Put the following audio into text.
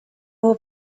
will